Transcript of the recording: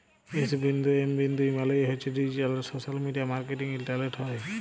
S বিন্দু M বিন্দু E মালে হছে ডিজিট্যাল আর সশ্যাল মিডিয়া মার্কেটিং ইলটারলেটে হ্যয়